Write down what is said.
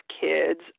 kids